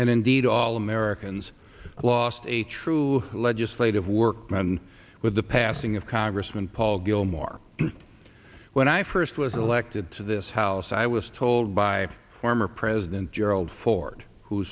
and indeed all americans lost a true legislative work with the passing of congressman paul gilmore when i first was elected to this house i was told by former president gerald ford who